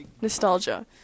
nostalgia